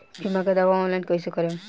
बीमा के दावा ऑनलाइन कैसे करेम?